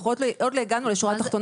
עוד לא הגענו לשורה התחתונה.